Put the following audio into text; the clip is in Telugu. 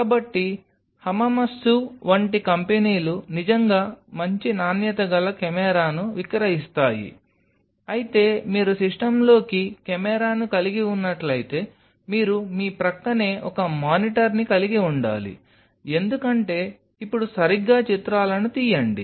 కాబట్టి Hamamatsu వంటి కంపెనీలు నిజంగా మంచి నాణ్యత గల కెమెరాను విక్రయిస్తాయి అయితే మీరు సిస్టమ్లోకి కెమెరాను కలిగి ఉన్నట్లయితే మీరు మీ ప్రక్కనే ఒక మానిటర్ని కలిగి ఉండాలి ఎందుకంటే ఇప్పుడు సరిగ్గా చిత్రాలను తీయండి